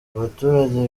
abaturage